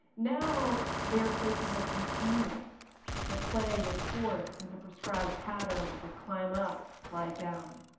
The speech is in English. now they're places of containment where play is forced into prescribed patterns of climb up, slide down.